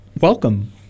welcome